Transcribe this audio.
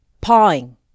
pawing